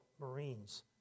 Marines